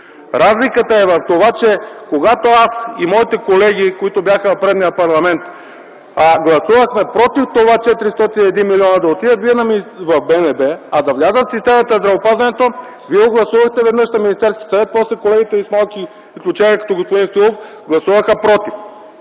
Разликата е в това, че когато аз и моите колеги, които бяха в предишния парламент, гласувахме против това 401 милиона да отидат в БНБ, а да влязат в системата на здравеопазването, вие го гласувахте веднъж на Министерски съвет, после колегите ви с малки изключения като господин Стоилов, гласуваха против.